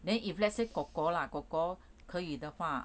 then if let's say kor kor lah kor kor 可以的话